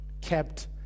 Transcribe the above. kept